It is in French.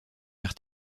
vers